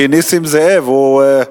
2),